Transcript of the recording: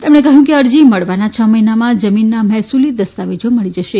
તેમણે કહ્યું કે અરજી મળવાના છ મહિનામાં જમીનના મહેસૂલી દસ્તાવેજો મળી જશે